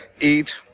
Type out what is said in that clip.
eat